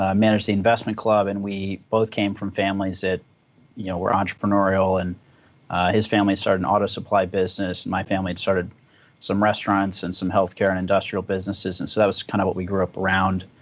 ah managed the investment club, and we both came from families that you know were entrepreneurial. and his family started an auto supply business, my family started some restaurants and some health care and industrial businesses. and so that was kind of what we grew up around.